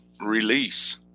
release